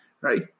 right